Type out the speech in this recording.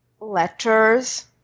letters